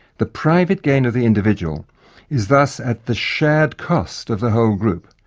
the private gain of the individual is thus at the shared cost of the whole group,